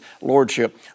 lordship